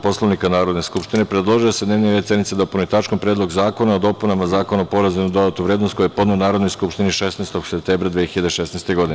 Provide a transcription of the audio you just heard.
Poslovnika Narodne skupštine, predložio je da se dnevni red sednice dopuni tačkom – Predlog zakona o dopunama Zakona o porezu na dodatu vrednost, koji je podneo Narodnoj skupštini 16. septembra 2016. godine.